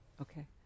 Okay